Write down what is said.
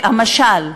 המשל,